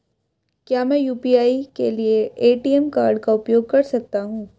क्या मैं यू.पी.आई के लिए ए.टी.एम कार्ड का उपयोग कर सकता हूँ?